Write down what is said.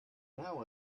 now